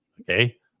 okay